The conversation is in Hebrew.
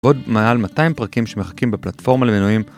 עוד מעל 200 פרקים שמחכים בפלטפורמה למינויים.